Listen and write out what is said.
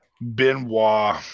Benoit